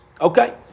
Okay